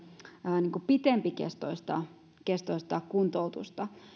pitempikestoista kuntoutusta